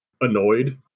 annoyed